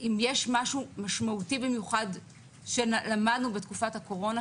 אם יש משהו משמעותי במיוחד שלמדנו בתקופת הקורונה,